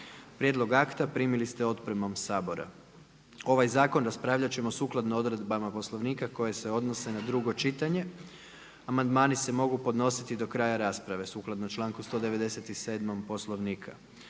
Prijedlog akta primili ste otpremom Sabora. Ovaj Zakon raspravljat ćemo sukladno odredbama Poslovnika koje se odnose na drugo čitanje, amandmani se mogu podnositi do kraja rasprave sukladno članku 197. Poslovnika.